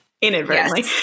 inadvertently